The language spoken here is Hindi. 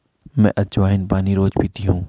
मैं अज्वाइन पानी रोज़ पीती हूँ